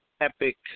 epic